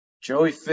Joey